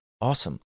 awesome